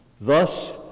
Thus